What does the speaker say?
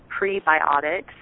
prebiotics